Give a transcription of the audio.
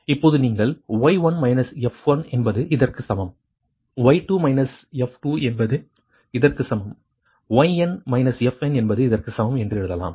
இப்போது நீங்கள் y1 f1 என்பது இதற்குச் சமம் y2 f2 என்பது இதற்குச் சமம் yn fn என்பது இதற்குச் சமம் என்று எழுதலாம்